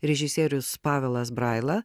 režisierius pavelas braila